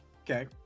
okay